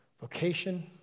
Vocation